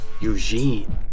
Eugene